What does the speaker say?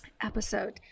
episode